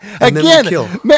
again